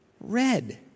Red